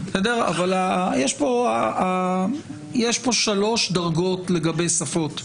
יש פה שלוש דרגות לגבי שפות.